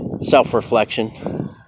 self-reflection